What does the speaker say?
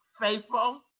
faithful